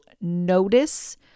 notice